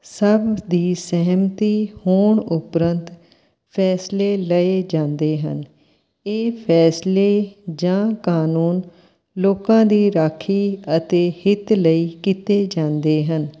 ਸਭ ਦੀ ਸਹਿਮਤੀ ਹੋਣ ਉਪਰੰਤ ਫੈਸਲੇ ਲਏ ਜਾਂਦੇ ਹਨ ਇਹ ਫੈਸਲੇ ਜਾਂ ਕਾਨੂੰਨ ਲੋਕਾਂ ਦੀ ਰਾਖੀ ਅਤੇ ਹਿੱਤ ਲਈ ਕੀਤੇ ਜਾਂਦੇ ਹਨ